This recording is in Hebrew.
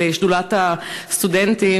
של שדולת הסטודנטים,